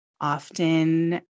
often